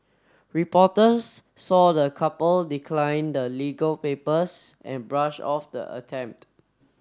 reporters saw the couple decline the legal papers and brush off the attempt